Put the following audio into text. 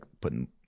putting